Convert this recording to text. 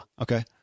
okay